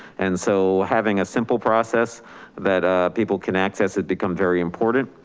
and so having a simple process that ah people can access, it becomes very important.